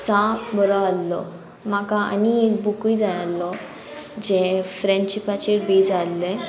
साप बरो आहलो म्हाका आनी एक बुकूय जाय आहलो जें फ्रेंडशिपाचेर बेज आहल्लें